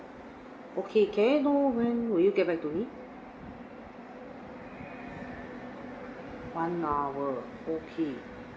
okay can I know when you will get back to me one hour okay